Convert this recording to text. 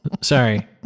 Sorry